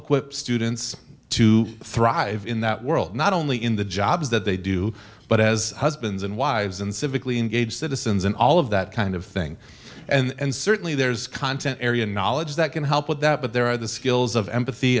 equip students to thrive in that world not only in the jobs that they do but as husbands and wives and civically engaged citizens and all of that kind of thing and certainly there's content area knowledge that can help with that but there are the skills of empathy